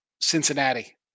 Cincinnati